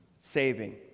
saving